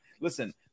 listen